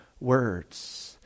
words